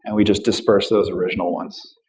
and we just disperse those original ones.